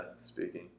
speaking